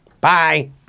Bye